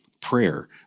prayer